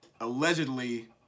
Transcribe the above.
Allegedly